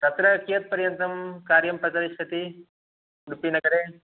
तत्र कियत्पर्यन्तं कार्यं प्रचलिष्यति उडुपीनगरे